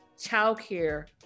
childcare